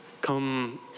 come